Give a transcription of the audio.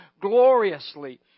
gloriously